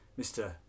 Mr